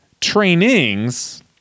trainings